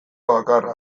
bakarra